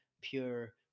pure